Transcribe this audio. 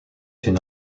une